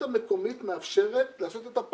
במקרים מאוד מאוד ייחודיים אנחנו כן מאפשרים את זה.